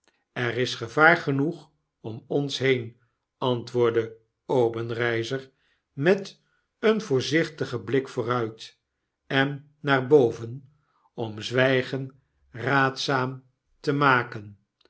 er is gevaar genoeg om ons heen antwoordde obenreizer met een voorzichtigen blik i vooruit en naar boven om zwflgen raadzaam te maken